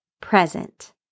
present